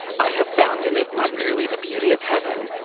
i have found in it not merely the beauty of heaven,